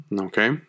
Okay